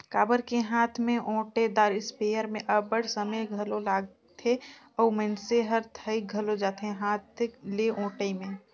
काबर कि हांथ में ओंटेदार इस्पेयर में अब्बड़ समे घलो लागथे अउ मइनसे हर थइक घलो जाथे हांथ ले ओंटई में